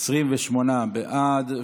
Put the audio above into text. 28 בעד,